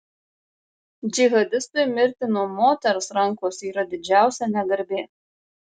džihadistui mirti nuo moters rankos yra didžiausia negarbė